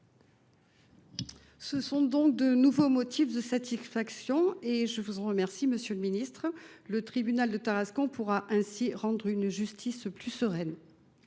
Voilà donc de nouveaux motifs de satisfaction, je vous en remercie, monsieur le ministre. Le tribunal de Tarascon pourra ainsi rendre une justice plus sereine.